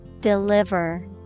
Deliver